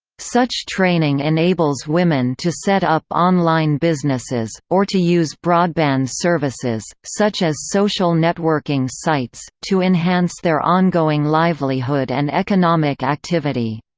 such training enables women to set up online businesses, or to use broadband services, such as social networking sites, to enhance their ongoing livelihood and economic activity.